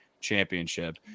championship